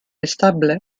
estable